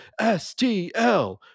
stl